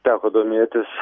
teko domėtis